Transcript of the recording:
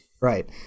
Right